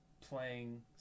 playing